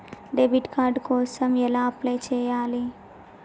Debit card కోసం ఎలా apply చేయాలి?